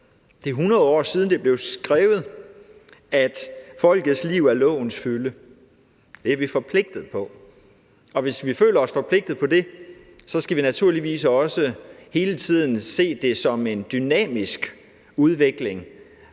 Det er 100 år siden, det blev skrevet, at folkets liv er lovens fylde. Det er vi forpligtet på, og hvis vi føler os forpligtet på det, skal vi naturligvis også hele tiden se det som en dynamisk udvikling,